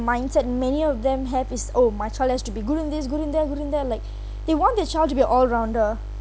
mindset many of them have is oh my child has to be good in these good in that good in that like they want their child to be all-rounder